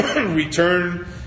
return